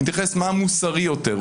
מתייחס למה מוסרי יותר,